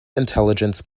intelligence